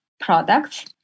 products